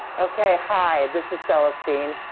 okay, hi this is celestine